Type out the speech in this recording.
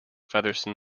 featherston